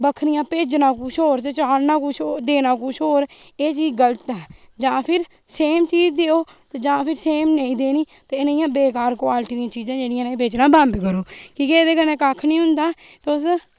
बक्खरियां भेजना कुछ होर ते चाढ़ना कुछ होर ते देना कुछ होर एह् चीज गलत ऐ जां फिर सेम चीज देओ ते जां फिर सेम नेईं देनी ते ऐ नेइयां बेकार कवालटी दियां चीजां जेह्ड़ियां ऐ ओह् बेचना बंद करो कि के एह्दे कन्ने कक्ख निं होंदा तुस